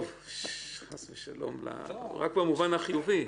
טוב, חס ושלום, רק במובן החיובי.